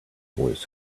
voice